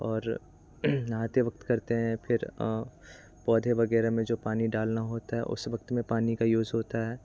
और नहाते वक़्त करते हैं फिर पौधे वगैरह में जो पानी डालना होता है उस वक़्त में पानी का यूज़ होता है